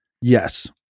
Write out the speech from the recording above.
Yes